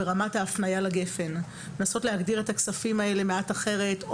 ברמת ההפניה לגפ"ן; לנסות להגדיר את הכספים האלה מעט אחרת,